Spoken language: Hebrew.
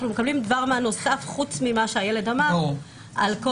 אנחנו מקבלים דבר מה נוסף חוץ ממה שהילד אמר על כל